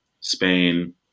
Spain